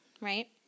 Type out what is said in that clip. right